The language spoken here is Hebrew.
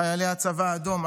חיילי הצבא האדום,